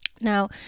Now